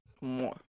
more